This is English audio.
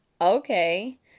okay